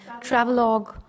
travelogue